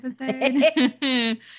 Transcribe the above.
episode